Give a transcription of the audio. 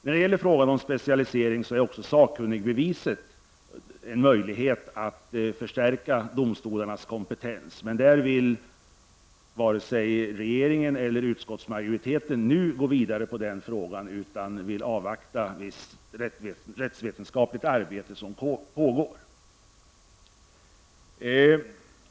När det gäller frågan om specialisering förhåller det sig naturligvis så, att sakkunnigbeviset utgör en möjlighet att förstärka domstolarnas kompetens, men härvidlag vill för närvarande varken regeringen eller utskottsmajoriteten gå vidare utan vill avvakta ett visst pågående rättsvetenskapligt arbete.